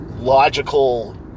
logical